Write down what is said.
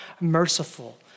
merciful